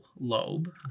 lobe